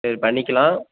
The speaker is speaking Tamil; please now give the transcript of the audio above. சரி பண்ணிக்கலாம்